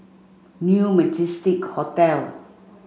New Majestic Hotel